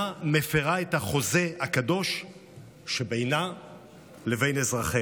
מפירה את החוזה הקדוש שבינה לבין אזרחיה.